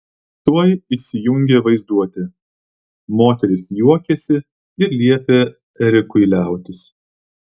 tuoj įsijungė vaizduotė moteris juokėsi ir liepė erikui liautis